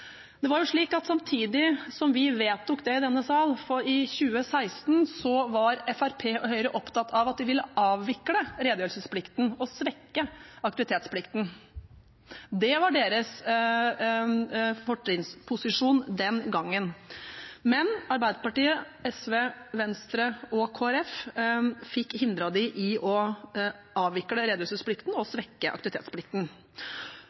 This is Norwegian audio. Det var slik at samtidig som vi vedtok dette i denne sal i 2017, var Fremskrittspartiet og Høyre opptatt av at de ville avvikle redegjørelsesplikten og svekke aktivitetsplikten. Det var deres fortrinnsposisjon den gangen, men Arbeiderpartiet, SV, Venstre og Kristelig Folkeparti fikk hindret dem i å avvikle redegjørelsesplikten og